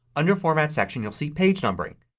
under format, section you'll see page numbering.